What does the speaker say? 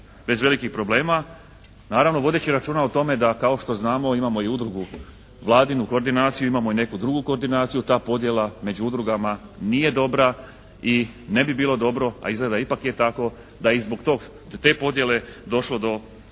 bez velikih problema, naravno vodeći računa o tome da kao što znamo imamo i udrugu vladinu koordinaciju, imamo i neku drugu koordinaciju, ta podjela među udrugama nije dobra i ne bi bilo dobro, a izgleda ipak je tako, da i zbog te podjele je došlo do